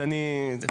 אז אני --- אוקיי.